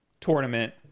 tournament